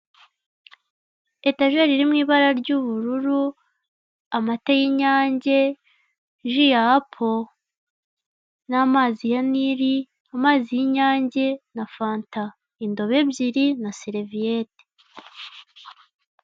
Etajeri iri mu ibara ry'ubururu, amata y'Inyange, ji ya apo n'amazi ya Nile, amazi y'Inyange na fanta, indobo ebyiri na seliviyete.